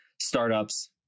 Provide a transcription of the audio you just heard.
startups